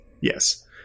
Yes